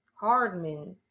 Hardman